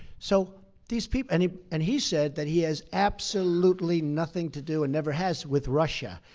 so these people and he and he said that he has absolutely nothing to do and never has with russia.